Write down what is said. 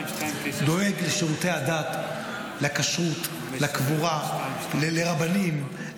דואג לשירותי הדת, לכשרות, לקבורה, לרבנים.